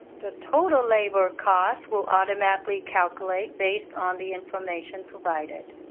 the total labor cost will automatically calculate based on the information provided.